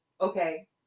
okay